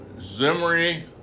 Zimri